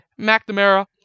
McNamara